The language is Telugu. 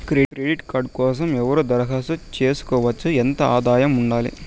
క్రెడిట్ కార్డు కోసం ఎవరు దరఖాస్తు చేసుకోవచ్చు? ఎంత ఆదాయం ఉండాలి?